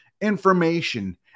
information